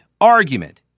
argument